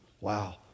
Wow